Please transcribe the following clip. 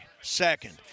Second